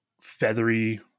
feathery